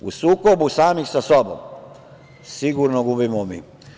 U sukobu samih sa sobom sigurno gubimo mi.